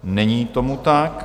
Není tomu tak.